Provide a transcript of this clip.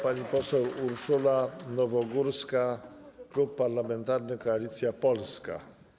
Pani poseł Urszula Nowogórska, Klub Parlamentarny Koalicja Polska.